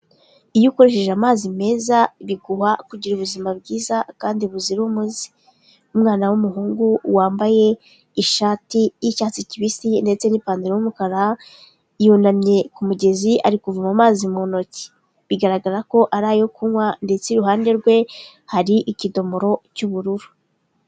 Iyo o ukoresheje amazi meza biguha kugira ubuzima bwiza kandi buzira umuze. Umwana w'umuhungu wambaye ishati y'icyatsi kibisi ndetse n'ipantaro y'umukara yunamye ku mugezi ari kuvoma amazi mu ntoki bigaragara ko ari ayo kunywa ndetse iruhande rwe hari ikidomoro cy'ubururu.